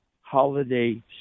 holiday